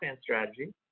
strategy